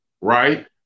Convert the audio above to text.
right